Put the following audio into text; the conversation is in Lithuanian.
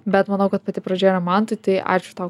bet manau kad pati pradžia yra mantui tai ačiū tau